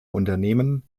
unternehmen